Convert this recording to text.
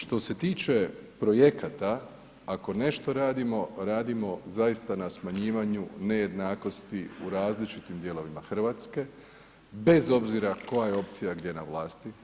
Što se tiče projekata, ako nešto radimo, radimo zaista na smanjivanju nejednakosti, u različitim dijelovima Hrvatske, bez obzira koja je opcija, gdje na vlasti.